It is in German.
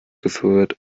geführt